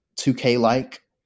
2K-like